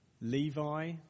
Levi